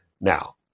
Now